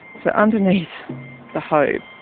so underneath the hope,